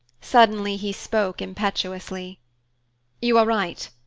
suddenly he spoke impetuously you are right!